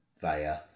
via